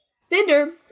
Cinder